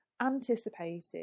anticipated